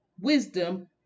wisdom